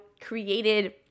created